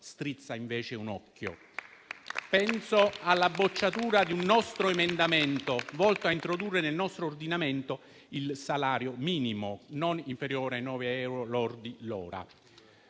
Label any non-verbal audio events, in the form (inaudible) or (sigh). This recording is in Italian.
strizza invece un occhio. (applause) Penso alla bocciatura di un nostro emendamento volto a introdurre nel nostro ordinamento il salario minimo non inferiore ai 9 euro lordi